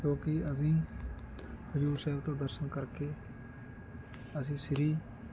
ਜੋ ਕਿ ਅਸੀਂ ਹਜੂਰ ਸਾਹਿਬ ਤੋਂ ਦਰਸ਼ਨ ਕਰਕੇ ਅਸੀਂ ਸ਼੍ਰੀ